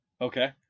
okay